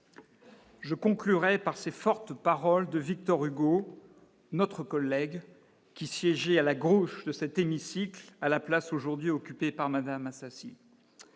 je conclurai par ces fortes paroles de Victor Hugo, notre collègue qui siégeaient à la gauche de cet hémicycle à la place, aujourd'hui occupé par Madame Assassi